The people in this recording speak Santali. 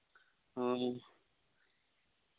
ᱚ